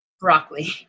broccoli